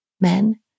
men